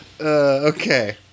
Okay